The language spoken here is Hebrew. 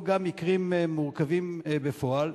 או גם מקרים מורכבים בפועל,